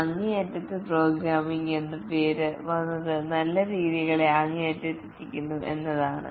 അങ്ങേയറ്റത്തെ പ്രോഗ്രാമിംഗ് എന്ന പേര് വന്നത് നല്ല രീതികളെ അങ്ങേയറ്റത്തെത്തിക്കുന്നു എന്നതാണ്